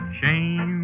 shame